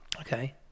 Okay